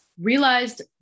realized